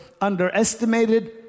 underestimated